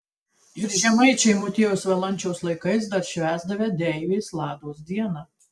ir žemaičiai motiejaus valančiaus laikais dar švęsdavę deivės lados dieną